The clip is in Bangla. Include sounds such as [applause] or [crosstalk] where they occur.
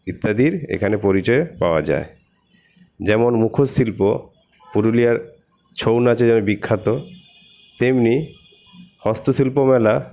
ইত্যাদির এখানে পরিচয় পাওয়া যায় যেমন মুখোশ শিল্প পুরুলিয়ার ছৌ নাচের [unintelligible] বিখ্যাত তেমনি হস্তশিল্প মেলা